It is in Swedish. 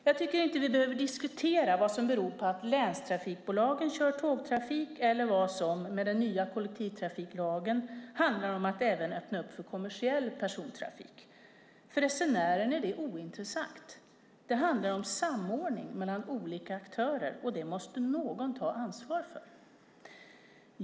Jag tycker inte att vi behöver diskutera vad som beror på att länstrafikbolagen kör tågtrafik eller vad som med den nya kollektivtrafiklagen handlar om att även öppna upp för kommersiell persontrafik. För resenären är detta ointressant. Det handlar om samordning mellan olika aktörer, och det måste någon ta ansvar för.